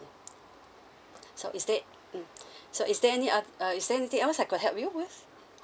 so is there mm so is there any uh uh is there anything else I could help you with